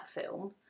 film